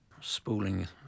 spooling